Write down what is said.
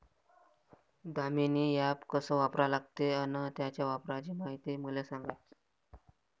Damini app कस वापरा लागते? अन त्याच्या वापराची मायती मले सांगा